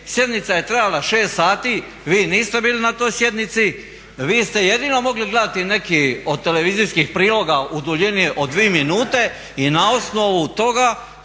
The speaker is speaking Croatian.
Sjednica je trajala 6 sati, vi niste bili na toj sjednici. Vi ste jedino mogli gledati neki od televizijskih priloga u duljini od 2 minute i na osnovu toga